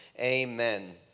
amen